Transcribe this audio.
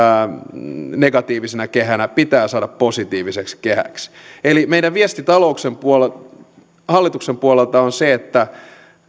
negatiivisena kehänä pitää saada positiiviseksi kehäksi eli meidän viestimme hallituksen puolelta hallituksen puolelta on se että